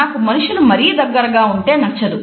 నాకు మనుషులు మరీ దగ్గరగా ఉంటే నచ్చదు